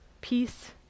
peace